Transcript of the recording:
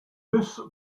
this